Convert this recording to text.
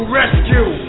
rescue